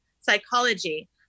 psychology